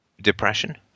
depression